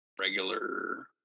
regular